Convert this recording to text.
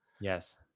Yes